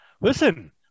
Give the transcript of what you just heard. Listen